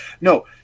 No